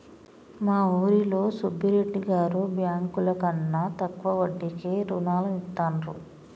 మా ఊరిలో సుబ్బిరెడ్డి గారు బ్యేంకుల కన్నా తక్కువ వడ్డీకే రుణాలనిత్తండ్రు